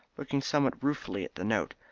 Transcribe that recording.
looking somewhat ruefully at the note.